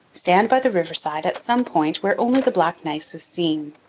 stand by the river side at some point where only the black gneiss is seen.